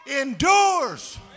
endures